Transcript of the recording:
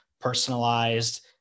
personalized